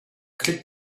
click